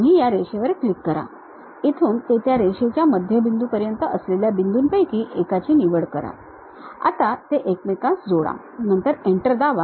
तुम्ही या रेषेवर क्लिक करा इथून ते त्या रेषेच्या मध्यबिंदूपर्यंत असलेल्या बिदूंपैकी एक बिंदूची निवड करा आता ते एकमेकांस जोड नंतर एंटर दाबा